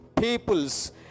peoples